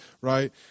right